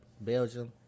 Belgium